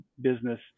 business